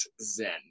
zen